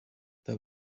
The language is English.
that